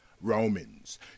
Romans